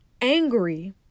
angry